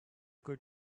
good